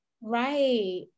Right